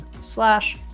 slash